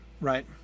right